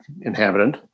inhabitant